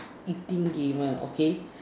eating gamer okay